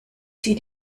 sie